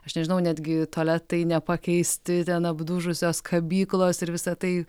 aš nežinau netgi tualetai nepakeisti ten apdužusios kabyklos ir visa tai